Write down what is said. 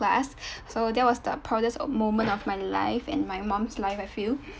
class so that was the proudest of moment of my life and my mum's life I feel